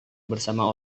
bersama